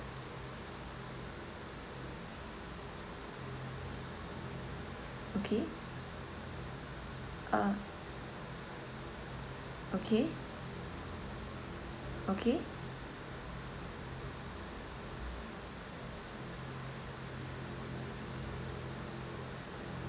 okay uh okay okay